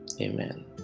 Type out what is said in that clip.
Amen